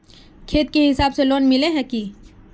खेत के हिसाब से लोन मिले है की?